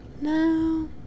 No